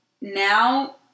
Now